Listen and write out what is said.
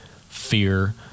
fear